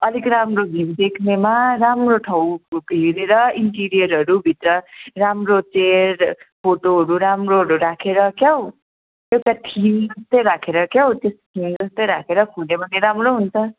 अलिक राम्रो भ्यु देख्नेमा राम्रो ठाउँ हेरेर इन्टिरियरहरू भित्र राम्रो चेयर फोटोहरू राम्रोहरू राखेर क्या हौ एउटा थिम चाहिँ राखेर क्या हौ त्यस्तो थिम चाहिँ राखेर खोल्यो भने राम्रो हुन्छ